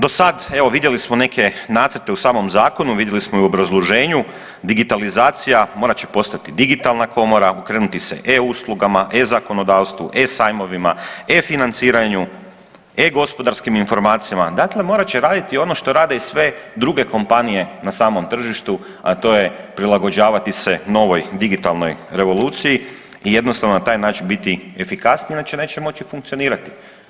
Do sada evo vidjeli smo neke nacrte u samom zakonu, vidjeli smo i u obrazloženju digitalizacija, morat će postati digitalna komora, okrenuti se e-usluga, e-zakonodavstvu, e-sajmovima, e-financiranju, e-gospodarskim informacijama, dakle morat će raditi ono što rade i sve druge kompanije na samom tržištu, a to je prilagođavati se novoj digitalnoj revoluciji i jednostavno na taj način biti efikasniji inače neće moći funkcionirati.